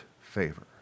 favor